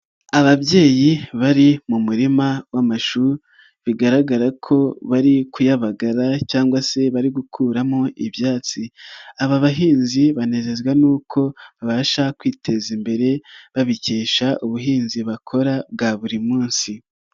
Ababyeyi bari mu murima w'amashu bigaragara ko bari kuyabagara cyangwa se bari gukuramo ibyatsi, aba bahinzi banezezwa n'uko babasha kwiteza imbere babikesha ubuhinzi bakora bwa buri munsi.